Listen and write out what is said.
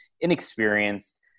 inexperienced